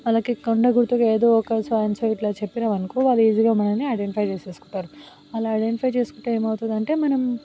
వాళ్ళకి కొండ గుర్తుగా ఏదో ఒక సో అండ్ సో ఇట్లా చెప్పినాము అనుకో వాళ్ళు ఈజీగా మనలని ఐడెంటిఫై చేసేసుకుంటారు అలా ఐడెంటిఫై చేసుకుంటే ఏమి అవుతుందంటే మనం